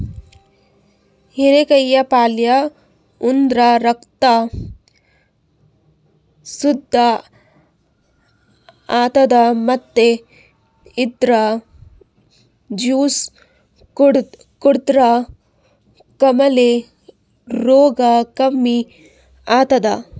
ಹಿರೇಕಾಯಿ ಪಲ್ಯ ಉಂಡ್ರ ರಕ್ತ್ ಶುದ್ದ್ ಆತದ್ ಮತ್ತ್ ಇದ್ರ್ ಜ್ಯೂಸ್ ಕುಡದ್ರ್ ಕಾಮಾಲೆ ರೋಗ್ ಕಮ್ಮಿ ಆತದ್